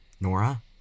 Nora